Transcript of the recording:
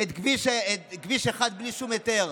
חוסמים את כביש 1 בלי שום היתר.